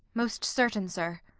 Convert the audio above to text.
most certain, sir.